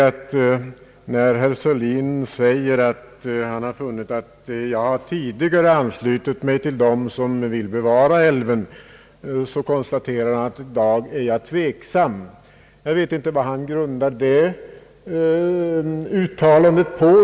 Herr Sörlin säger att jag tidigare har anslutit mig till dem som vill bevara älven, men konstaterar att jag i dag är tveksam. Jag vet inte vad han grundar det uttalandet på.